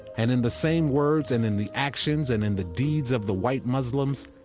and in the same words and in the actions and in the deeds of the white muslims,